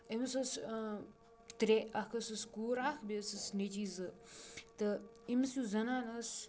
أمِس اوس ترٛےٚ اَکھ ٲسٕس کوٗر اَکھ بیٚیہِ ٲسٕس نیٚچی زٕ تہٕ أمِس یُس زَنان ٲس